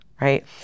right